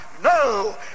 No